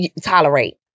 tolerate